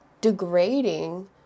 degrading